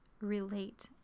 relate